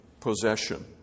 possession